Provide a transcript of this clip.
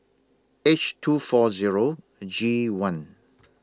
H two four Zero G one